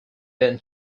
then